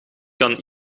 kan